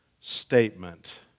statement